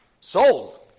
Sold